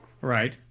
Right